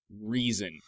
reason